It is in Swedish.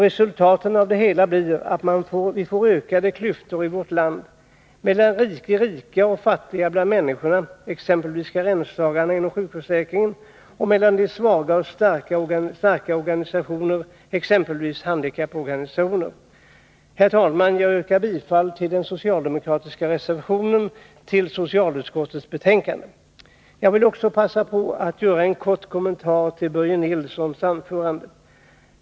Resultatet av det hela blir att vi får ökade klyftor i vårt land mellan rika och svaga människor — vilket blir följden av ändrade karensdagar inom sjukförsäkringen — och mellan starka och svaga organisationer, t.ex. handikapporganisationerna. Herr talman! Jag yrkar bifall till den socialdemokratiska reservationen till socialutskottets betänkande. Jag vill också passa på att göra en kort kommentar till Börje Nilssons anförande.